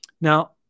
Now